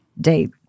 date